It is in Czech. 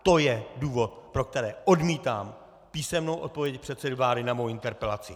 To je důvod, pro který odmítám písemnou odpověď předsedy vlády na mou interpelaci.